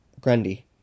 Grundy